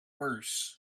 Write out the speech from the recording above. worse